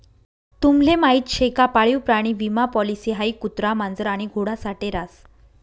तुम्हले माहीत शे का पाळीव प्राणी विमा पॉलिसी हाई कुत्रा, मांजर आणि घोडा साठे रास